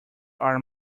are